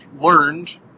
learned